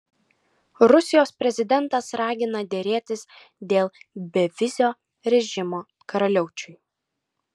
rusijos prezidentas ragina derėtis dėl bevizio režimo karaliaučiui